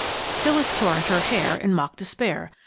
phyllis tore at her hair in mock despair.